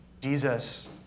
Jesus